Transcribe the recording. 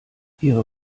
ihre